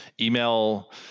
Email